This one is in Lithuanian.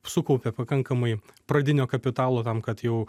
sukaupė pakankamai pradinio kapitalo tam kad jau